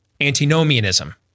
antinomianism